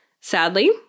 Sadly